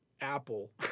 Apple